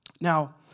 Now